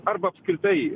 arba apskritai